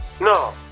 No